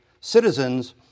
citizens